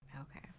Okay